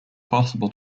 possible